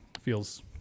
feels